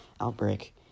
outbreak